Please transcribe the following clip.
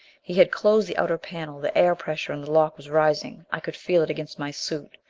he had closed the outer panel the air pressure in the lock was rising. i could feel it against my suit.